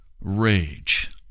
rage